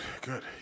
good